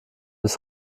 bis